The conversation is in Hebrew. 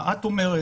מה את אומרת,